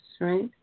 right